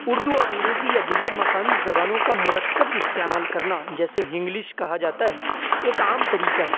اردو اور انگریزی یا دیگر مقامی زبانوں کا مرکب استعمال کرنا جیسے ہنگلش کہا جاتا ہے ایک عام طریقہ ہے